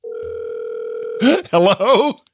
Hello